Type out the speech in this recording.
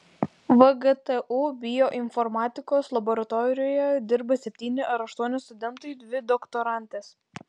vgtu bioinformatikos laboratorijoje dirba septyni ar aštuoni studentai dvi doktorantės